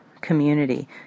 community